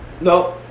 No